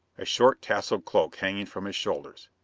a short tasseled cloak hanging from his shoulders.